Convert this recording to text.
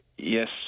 Yes